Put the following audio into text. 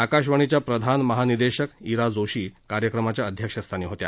आकाशवाणीच्या प्रधान महानिदेशक इरा जोशी कार्यक्रमाच्या अध्यक्षस्थानी होत्या